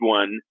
one